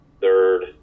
third